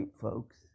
folks